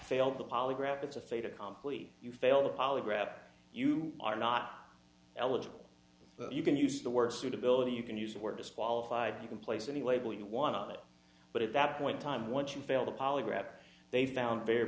failed the polygraph it's a fait accompli you failed the polygraph you are not eligible you can use the word suitability you can use the word disqualified you can place any label you want on it but at that point time once you failed a polygraph they found very